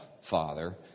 Father